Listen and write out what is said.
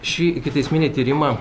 šį ikiteisminį tyrimą